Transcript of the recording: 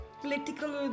political